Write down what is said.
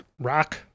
rock